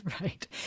right